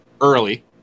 early